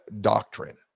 doctrine